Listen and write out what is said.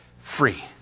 free